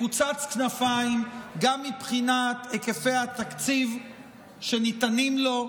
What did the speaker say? מקוצץ כנפיים גם מבחינת היקפי התקציב שניתנים לו,